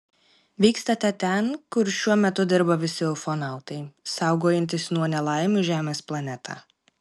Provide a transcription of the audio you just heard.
vykstame ten kur šiuo metu dirba visi ufonautai saugojantys nuo nelaimių žemės planetą